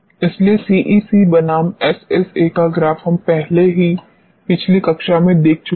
इसलिए सीईसी बनाम एसएसए का ग्राफ हम पहले से ही पिछली कक्षा में देख चुके हैं